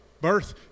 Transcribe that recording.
birth